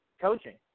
coaching